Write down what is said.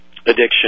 addiction